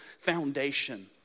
foundation